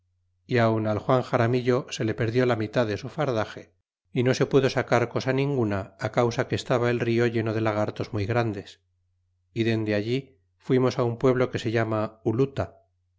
al juan xaramillo se le perdió la mitad de su fardaxe y no se pudo sacar cosa ninguna causa que estaba el rio lleno de lagartos muy grandes y dende allí fuimos un pueblo que se llama ulula